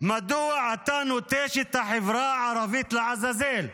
מדוע אתה נוטש את החברה הערבית לעזאזל?